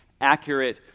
accurate